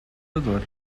elevador